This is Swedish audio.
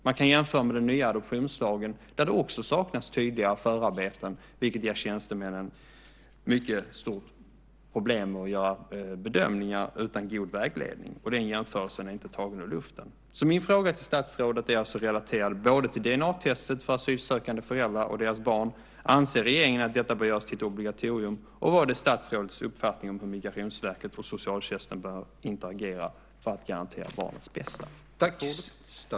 Man kan jämföra med den nya adoptionslagen där det också saknas tydliga förarbeten, vilket ger stora problem för tjänstemännen att utan god vägledning göra bedömningar. Den jämförelsen är inte tagen ur luften. Mina frågor till statsrådet är relaterade till DNA-test för asylsökande föräldrar och deras barn. Anser regeringen att detta bör göras till ett obligatorium? Vad är statsrådets uppfattning om hur Migrationsverket och socialtjänsten inte bör agera för att garantera barnets bästa?